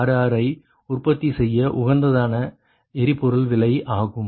66 ஐ உற்பத்தி செய்ய உகந்ததான எரிபொருள் விலை ஆகும்